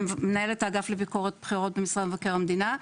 מנהלת האגף לביקורת בחירות במשרד מבקר המדינה.